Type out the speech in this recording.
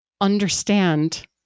understand